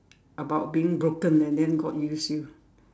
about being broken and then God use you